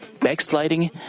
backsliding